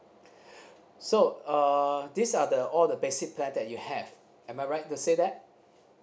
so uh these are the all the basic plan that you have am I right to say that